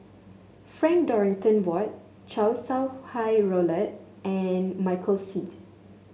Frank Dorrington Ward Chow Sau Hai Roland and Michael Seet